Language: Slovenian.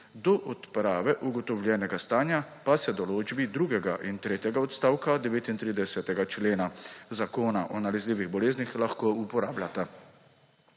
do odprave ugotovljenega stanja pa se določbi drugega in tretjega odstavka 39. člena Zakona o nalezljivih boleznih lahko uporabljata.